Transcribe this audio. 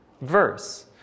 verse